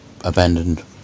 abandoned